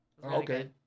Okay